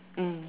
mm